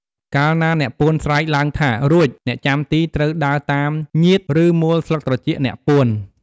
កាលណាអ្នកពួនស្រែកឡើងថា "រួច" អ្នកចាំទីត្រូវដើរតាមញៀច ឬ មួលស្លឹកត្រចៀកអ្នកពួន។